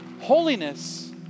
Holiness